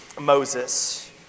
Moses